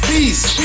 Peace